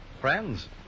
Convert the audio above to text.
Friends